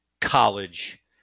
college